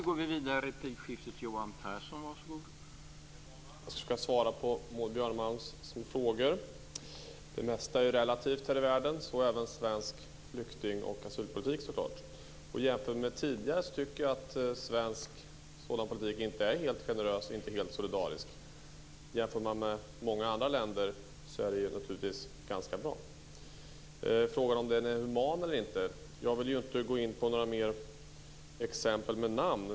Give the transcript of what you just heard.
Herr talman! Jag ska försöka svara på Maud Björnemalms frågor. Det mesta är relativt här i världen, så även svensk flykting och asylpolitik. Jämfört med tidigare tycker jag att svensk sådan politik inte är helt generös och inte helt solidarisk. Jämfört med i många andra länder är det naturligtvis ganska bra i Sverige. I fråga om flyktingpolitiken är human eller inte vill jag inte gå in på några exempel med namn.